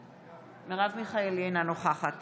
אינה נוכחת